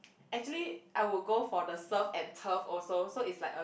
actually I will go for the Surf and Turf also so is like a